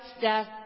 death